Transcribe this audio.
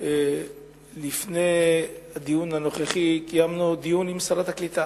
לפני הדיון הנוכחי קיימנו דיון עם שרת הקליטה.